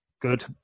good